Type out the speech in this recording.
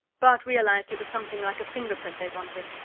bart realized it was something like a fingerprint they wanted.